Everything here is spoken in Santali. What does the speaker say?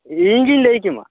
ᱤᱧᱜᱤᱧ ᱞᱟ ᱭ ᱠᱮᱢᱟ